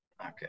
Okay